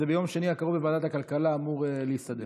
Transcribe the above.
ביום שני הקרוב בוועדת הכלכלה זה אמור להסתדר.